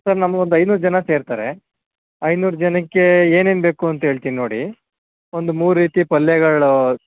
sir ನಮ್ಗೊಂದು ಐನೂರು ಜನ ಸೇರ್ತಾರೆ ಐನೂರು ಜನಕ್ಕೆ ಏನೇನು ಬೇಕೂಂತ ಹೇಳ್ತಿನ್ ನೋಡಿ ಒಂದು ಮೂರು ರೀತಿ ಪಲ್ಯಗಳು